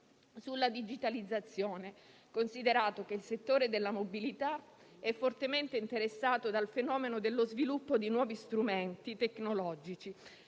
sulla digitalizzazione, considerato che il settore della mobilità è fortemente interessato dal fenomeno dello sviluppo di nuovi strumenti tecnologici,